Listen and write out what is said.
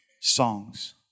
songs